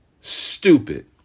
stupid